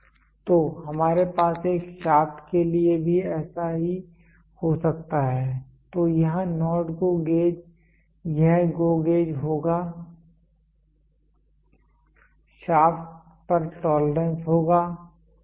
तो हमारे पास एक शाफ्ट के लिए भी ऐसा ही हो सकता है तो यहाँ NOT GO गेज यह GO गेज होगा शाफ्ट पर टोलरेंस होगा ठीक है